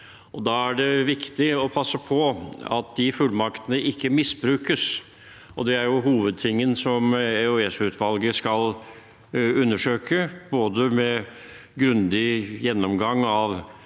Da er det viktig å passe på at de fullmaktene ikke misbrukes. Det er hovedtingen EOS-utvalget skal undersøke, både med grundig gjennomgang av